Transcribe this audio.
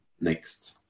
next